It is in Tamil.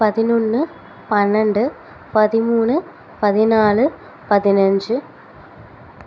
பதினொன்று பன்னெண்டு பதிமூணு பதினாலு பதினஞ்சு